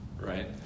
Right